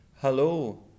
Hello